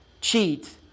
cheat